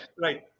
right